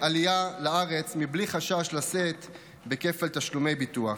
עלייה לארץ בלי חשש לשאת בכפל תשלומי ביטוח.